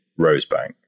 Rosebank